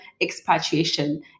expatriation